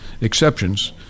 exceptions